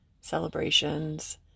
celebrations